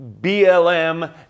BLM